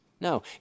No